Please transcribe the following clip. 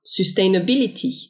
sustainability